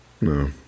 No